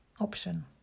option